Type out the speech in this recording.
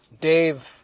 Dave